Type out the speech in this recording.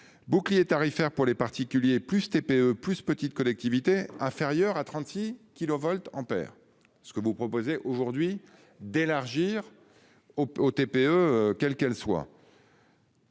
Bouclier tarifaire pour les particuliers plus TPE plus petites collectivités inférieures à 36. Kilovoltampères ce que vous proposez aujourd'hui d'élargir. Aux TPE, quelle qu'elle soit.